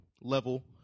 level